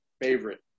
favorite